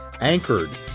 Anchored